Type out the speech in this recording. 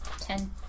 ten